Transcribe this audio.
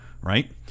right